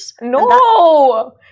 No